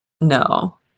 No